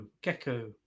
gecko